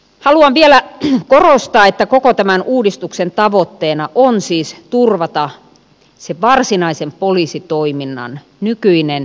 haluan vielä korostaa että koko tämän uudistuksen tavoitteena on siis turvata sen varsinaisen poliisitoiminnan nykyinen hyvä taso